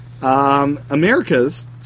America's